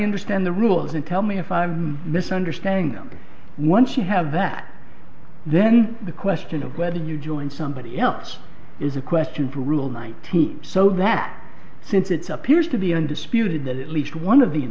understand the rules and tell me if i'm misunderstanding them once you have that then the question of whether you join somebody else is a question for rule nineteen so that since it's appears to be undisputed that at least one of the